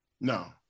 no